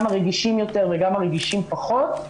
גם הרגישים יותר וגם הרגישים פחות,